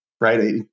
right